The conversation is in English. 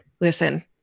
listen